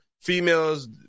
females